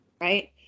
Right